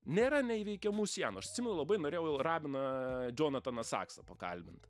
nėra neįveikiamų sienų aš atsimenu labai norėjau rabiną džonataną saksą pakalbint